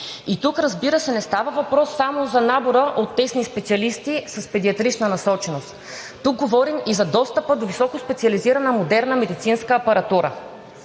И тук, разбира се, не става въпрос само за набора от тесни специалисти с педиатрична насоченост – тук говорим и за достъпа до високоспециализирана модерна медицинска апаратура.